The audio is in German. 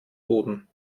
boden